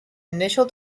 initial